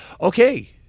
Okay